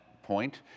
point